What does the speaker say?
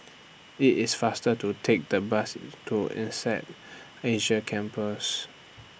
IT IS faster to Take The Bus to Insead Asia Campus